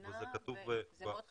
מבינה וזה מאוד חשוב.